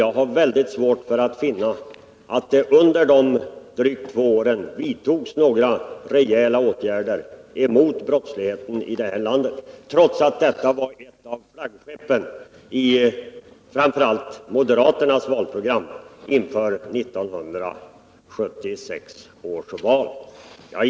Jag har väldigt svårt att finna att det under de drygt två åren vidtagits några rejäla åtgärder mot brottsligheten i vårt land, trots att detta var ett av flaggskeppen i framför allt moderaternas valprogram inför 1976 års val.